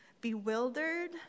Bewildered